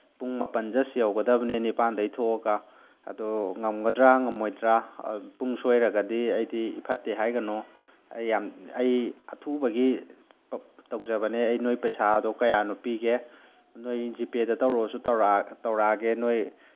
ꯄꯨꯡ ꯃꯥꯄꯜ ꯖꯁ ꯌꯧꯒꯗꯝꯅꯦ ꯅꯤꯄꯥꯜꯗꯒꯤ ꯊꯣꯛꯑꯒ ꯑꯗꯣ ꯉꯝꯒꯗ꯭ꯔꯥ ꯉꯝꯃꯣꯏꯗ꯭ꯔꯥ ꯄꯨꯡ ꯁꯣꯏꯔꯒꯗꯤ ꯑꯩꯗꯤ ꯐꯠꯇꯦ ꯍꯥꯏꯒꯅꯨ ꯑꯩ ꯌꯥꯝ ꯑꯩ ꯑꯊꯨꯕꯒꯤ ꯇꯧꯖꯕꯅꯦ ꯑꯩ ꯅꯣꯏ ꯄꯩꯁꯥꯗꯣ ꯀꯌꯥꯅꯣ ꯄꯤꯒꯦ ꯅꯣꯏ ꯖꯤꯄꯦꯗ ꯇꯧꯔꯛꯑꯣꯁꯨ ꯇꯧꯔꯛꯑꯒꯦ ꯅꯣꯏ